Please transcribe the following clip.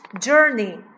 journey